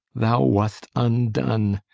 thou wast undone.